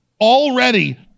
already